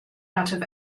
out